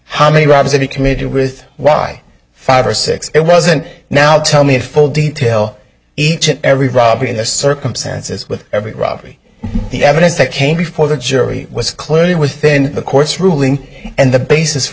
how many robbers that he committed with why five or six it wasn't now tell me in full detail each and every robbery the circumstances with every robbery the evidence that came before the jury was clearly within the court's ruling and the basis for